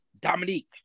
Dominique